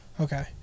Okay